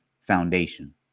Foundation